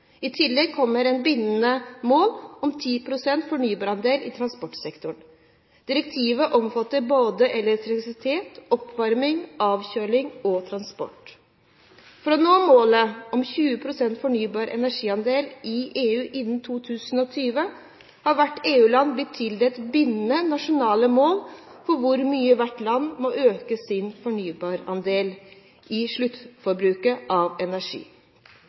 I tillegg kommer et bindende mål om 10 pst. fornybarandel i transportsektoren. Direktivet omfatter både elektrisitet, oppvarming, avkjøling og transport. For å nå målet om en fornybar energiandel på 20 pst. i EU innen 2020 har hvert EU-land blitt tildelt bindende nasjonale mål for hvor mye hvert land må øke sin fornybarandel i sluttforbruket av energi.